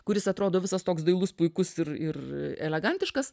kuris atrodo visas toks dailus puikus ir ir elegantiškas